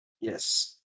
Yes